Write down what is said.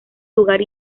lugar